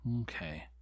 Okay